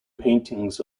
paintings